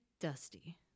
dusty